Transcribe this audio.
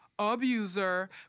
abuser